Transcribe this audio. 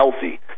healthy